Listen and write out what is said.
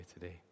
today